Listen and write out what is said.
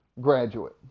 graduate